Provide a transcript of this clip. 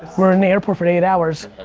we're in the airport for eight hours.